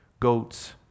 goats